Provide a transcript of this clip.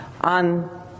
on